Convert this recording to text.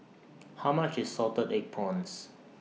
How much IS Salted Egg Prawns